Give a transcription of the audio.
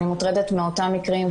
אני מוטרדת מאותם מקרים,